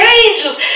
angels